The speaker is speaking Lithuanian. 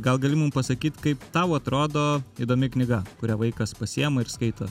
gal gali mum pasakyt kaip tau atrodo įdomi knyga kurią vaikas pasiima ir skaito